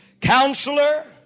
Counselor